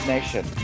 Nation